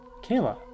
Kayla